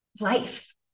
life